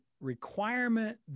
requirement